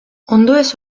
ondoez